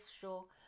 show